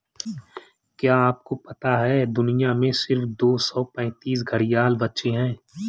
क्या आपको पता है दुनिया में सिर्फ दो सौ पैंतीस घड़ियाल बचे है?